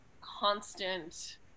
constant